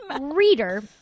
Reader